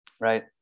Right